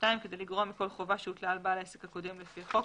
כדי לגרוע מכל חובה שהוטלה על בעל העסק הקודם לפי החוק,